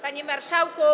Panie Marszałku!